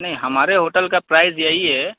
نہیں ہمارے ہوٹل کا پرائز یہی ہے